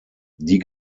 die